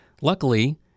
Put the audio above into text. Luckily